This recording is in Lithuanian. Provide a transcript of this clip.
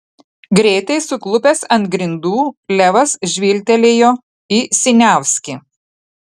greitai suklupęs ant grindų levas žvilgtelėjo į siniavskį